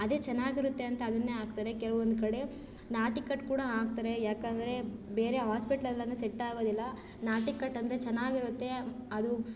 ಅದೇ ಚೆನ್ನಾಗಿರುತ್ತೆ ಅಂತ ಅದನ್ನೇ ಹಾಕ್ತಾರೆ ಕೆಲವೊಂದು ಕಡೆ ನಾಟಿ ಕಟ್ಟು ಕೂಡ ಹಾಕ್ತಾರೆ ಯಾಕಂದರೆ ಬೇರೆ ಹಾಸ್ಪಿಟ್ಲ್ಲ್ಲಂದರೆ ಸೆಟ್ಟಾಗೋದಿಲ್ಲ ನಾಟಿ ಕಟ್ಟು ಅಂದರೆ ಚೆನ್ನಾಗಿರುತ್ತೆ ಅದು